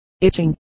itching